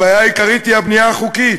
הבעיה העיקרית היא הבנייה החוקית,